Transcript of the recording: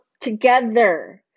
together